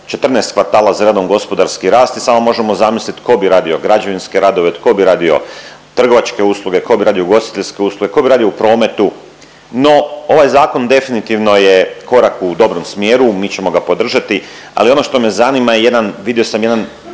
14 kvartala za redom gospodarski rast i samo možemo zamislit ko bi radio građevinske radove, tko bi radio trgovačke usluge, tko bi radio ugostiteljske usluge, ko bi radio u prometu. No ovaj zakon definitivno je korak u dobrom smjeru, mi ćemo ga podržati, ali ono što me zanima je jedan, vidio sam jedan